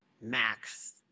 Max